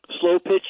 slow-pitch